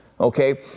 okay